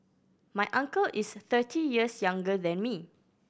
my uncle is thirty years younger than me